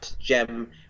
gem